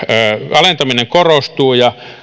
alentaminen korostuu ja